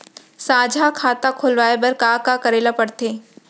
साझा खाता खोलवाये बर का का करे ल पढ़थे?